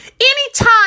Anytime